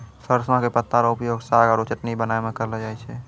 सरसों के पत्ता रो उपयोग साग आरो चटनी बनाय मॅ करलो जाय छै